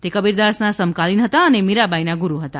તે કબીરદાસના સમકાલીન હતા અને મીરાબાઈના ગુરુ હતા